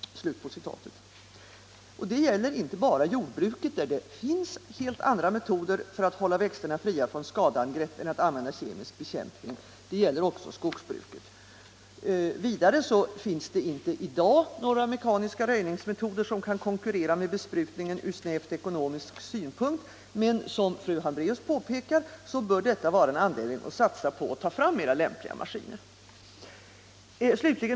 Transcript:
Detta gäller inte bara jordbruket, där det finns helt andra metoder för att hålla växterna fria från skadeangrepp än att använda kemisk bekämpning. Det gäller också skogsbruket. Vidare finns det inte i dag mekaniska röjningsmetoder som kan konkurrera med besprutningen ur snävt ekonomisk synpunkt, men som fru Hambraeus påpekar bör detta vara en anledning att satsa på att ta fram mera lämpliga maskiner.